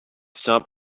stop